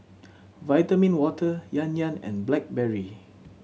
Vitamin Water Yan Yan and Blackberry